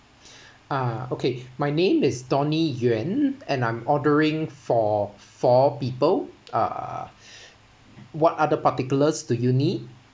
uh okay my name is donnie yuen and I'm ordering for four people uh what other particulars do you need